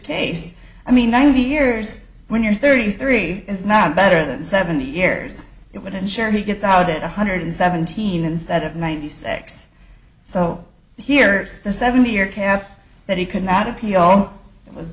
case i mean ninety years when you're thirty three is not better than seventy years it would ensure he gets out at one hundred seventeen instead of ninety six so here it's the seventy year cap that he could not appeal it was